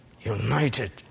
United